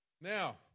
Now